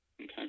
Okay